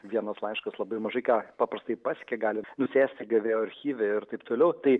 vienas laiškas labai mažai ką paprastai pasiekia gali nusėsti gavėjo archyve ir taip toliau tai